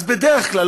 בדרך כלל,